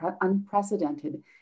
unprecedented